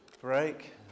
break